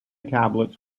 tablets